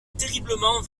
terriblement